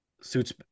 suits